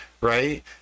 Right